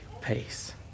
peace